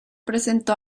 presentó